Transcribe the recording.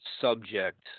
subject